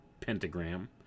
pentagram